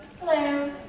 Hello